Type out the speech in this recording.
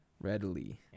Readily